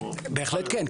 בהחלט כן,